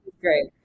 great